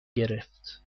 گرفت